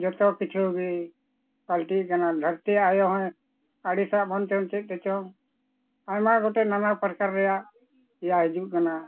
ᱡᱚᱛᱚ ᱠᱤᱪᱷᱩ ᱜᱮ ᱯᱟᱞᱴᱤᱜ ᱠᱟᱱᱟ ᱫᱷᱟᱹᱨᱛᱤ ᱟᱭᱳ ᱦᱚᱸᱭ ᱟᱹᱲᱤᱥᱟᱜ ᱵᱚᱱᱛᱮᱪᱚᱝ ᱪᱮᱫ ᱛᱮᱪᱚᱝ ᱟᱭᱢᱟ ᱜᱚᱴᱮᱱ ᱱᱟᱱᱟ ᱯᱨᱚᱠᱟᱨ ᱨᱮᱭᱟᱜ ᱤᱭᱟᱹ ᱦᱤᱡᱩᱜ ᱠᱟᱱᱟ